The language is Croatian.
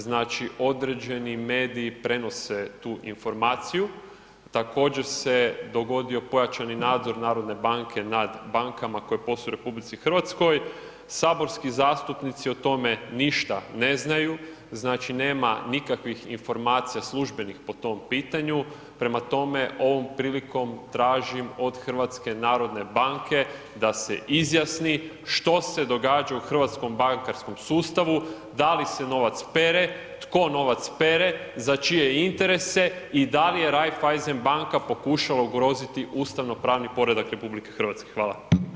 Znači određeni mediji prenose tu informaciju, također se dogodio pojačani nadzor narodne banke nad bankama koje posluju u RH, saborski zastupnici o tome ništa ne znaju, znači nema nikakvih informacija službenih po tom pitanju, prema tome ovom prilikom tražim od HNB-a da se izjasni što se događa u hrvatskom bankarskom sustavu, da li se novac pere, tko novac pere, za čije interese i da li je Raiffeisen banka pokušala ugroziti ustavno pravni poredak RH?